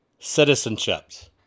citizenships